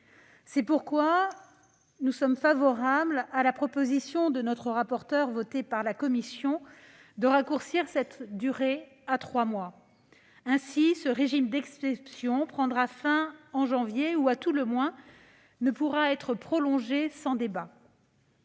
C'est pourquoi nous sommes favorables à la proposition de notre rapporteur, votée par la commission, de raccourcir cette durée à trois mois. Ainsi, ce régime d'exception prendra fin en janvier ou, à tout le moins, ne pourra être prolongé sans débat.